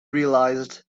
realized